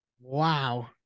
Wow